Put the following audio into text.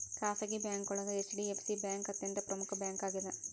ಖಾಸಗಿ ಬ್ಯಾಂಕೋಳಗ HDFC bank ಅತ್ಯಂತ ಪ್ರಮುಖ್ ಬ್ಯಾಂಕಾಗ್ಯದ